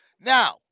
Now